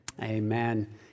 Amen